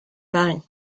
paris